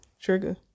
Trigger